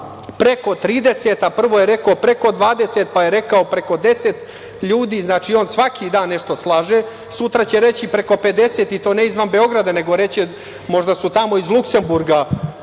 preko 30, a prvo je rekao preko 20, pa je rekao preko 10 ljudi, znači svaki dan nešto slaže, sutra će reći preko 50, i to ne izvan Beograda, nego reći će možda su tamo iz Luksemburga,